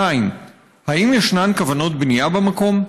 2. האם יש כוונות לבנייה במקום?